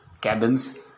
cabins